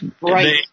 Right